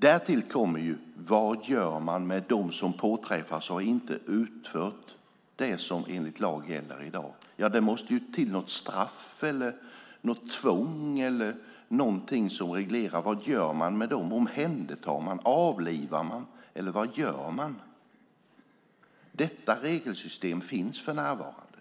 Därtill kommer vad man gör med de personer som inte har utfört det som gäller enligt lag i dag. Det måste till något straff, något tvång eller någonting annat. Vad gör man med dessa djur? Omhändertar man dem, avlivar man dem, eller vad gör man? Detta regelsystem finns för närvarande,